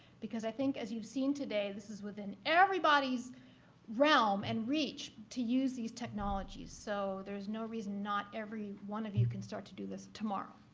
because i think, as you've seen today, this is within everybody's realm and reach to use these technologies. so there's no reason not every one of you can start to do this tomorrow.